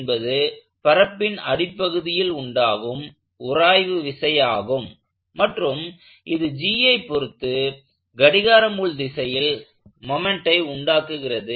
என்பது பரப்பின் அடிப்பகுதியில் உண்டாகும் உராய்வு விசை ஆகும் மற்றும் இது Gஐ பொருத்து கடிகார முள் திசையில் மொமெண்ட்டை உண்டாக்குகிறது